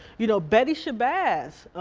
you know betty shabazz,